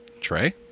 Trey